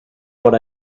what